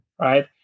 right